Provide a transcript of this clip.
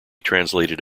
translated